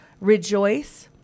Rejoice